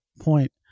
point